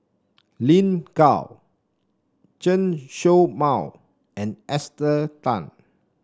Lin Gao Chen Show Mao and Esther Tan